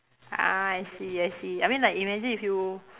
ah I see I see I mean like imagine if you